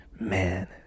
man